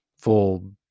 full